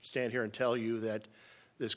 stand here and tell you that this